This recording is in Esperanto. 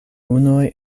unuj